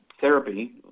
therapy